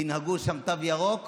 תנהיגו שם תו ירוק